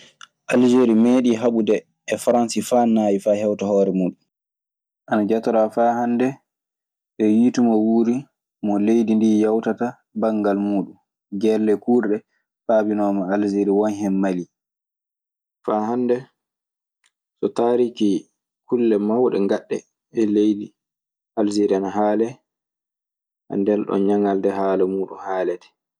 Alseri meeɗiino haɓude e faransi fa nawi fa hewta horee mudun. Ana jatoraa faa hannde e yiitu mo wuuri mo leydi ndii yawtatabanngal muuɗun. Gelle kuurɗe paabimooma Alseri, won hen Mali. Faa hannde so taariki kulle mawɗe ngaɗɗe e leydi Alseri ana haalee, ndenɗon ñaŋalde haala muuɗun haalete.